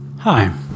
Hi